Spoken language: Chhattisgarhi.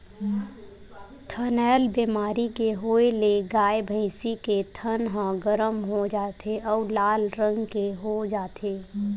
थनैल बेमारी के होए ले गाय, भइसी के थन ह गरम हो जाथे अउ लाल रंग के हो जाथे